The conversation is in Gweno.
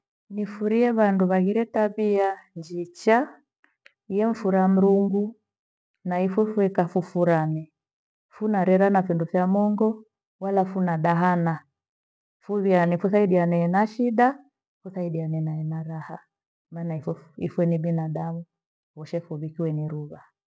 Nifurie vandu vaghire tabia njicha ya mfura Mrungu na ifo fuye ikafufurani. Funarera na vindo vya Mungu wala funa dahana fuviani, nikuthaidia ena shida nikuthaidiane na ena raha maana ipho ipho ni binadamu voshe fuvikiwe ne ruva